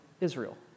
Israel